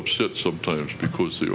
upset sometimes because he